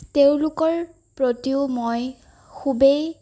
তেওঁলোকৰ প্ৰতিও মই খুবেই